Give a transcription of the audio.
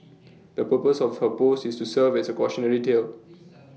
the purpose of her post is to serve as A cautionary tale